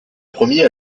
promis